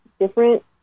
different